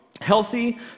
healthy